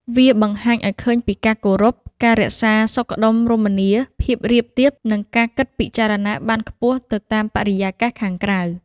វាបង្ហាញឱ្យឃើញពីការគោរព ការរក្សាភាពសុខដុមរមនា ភាពរាបទាប និងការគិតពិចារណាបានខ្ពស់ទៅតាមបរិយាកាសខាងក្រៅ។